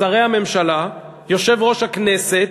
שרי הממשלה, יושב-ראש הכנסת,